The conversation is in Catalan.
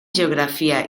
geografia